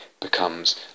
becomes